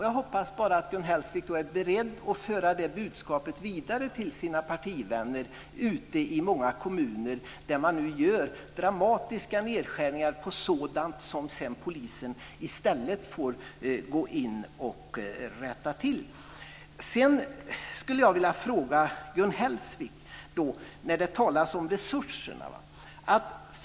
Jag hoppas bara att Gun Hellsvik är beredd att föra det budskapet vidare till sina partivänner ute i många kommuner där man nu gör dramatiska nedskärningar som sedan polisen i stället får rätta till. Det talas om resurser.